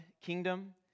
kingdom